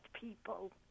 people